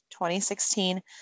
2016